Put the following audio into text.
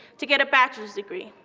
to get a bachelor's degree.